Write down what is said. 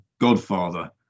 godfather